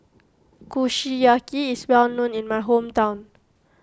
Kushiyaki is well known in my hometown